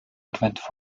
advent